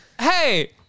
hey